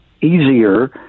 easier